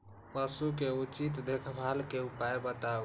पशु के उचित देखभाल के उपाय बताऊ?